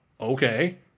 okay